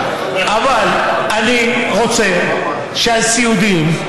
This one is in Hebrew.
אבל אני רוצה שהסיעודיים,